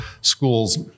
school's